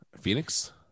Phoenix